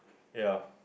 ya